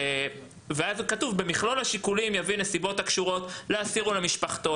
אז יהיה כתוב: במכלול השיקולים יביא נסיבות הקשורות לאסיר ולמשפחתו,